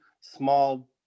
small